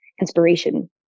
inspiration